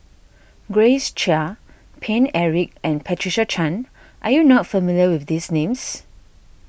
Grace Chia Paine Eric and Patricia Chan are you not familiar with these names